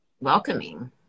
welcoming